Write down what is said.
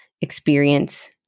experience